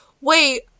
wait